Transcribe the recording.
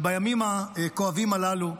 ובימים הכואבים הללו,